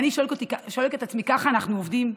ואני שואלת את עצמי: ככה אנחנו עובדים?